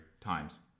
times